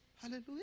Hallelujah